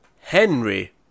Henry